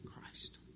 Christ